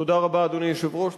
תודה רבה, אדוני היושב-ראש.